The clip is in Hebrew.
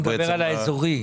אתה מדבר על האזורי.